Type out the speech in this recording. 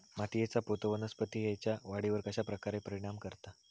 मातीएचा पोत वनस्पतींएच्या वाढीवर कश्या प्रकारे परिणाम करता?